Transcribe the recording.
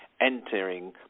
entering